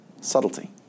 Subtlety